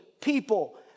people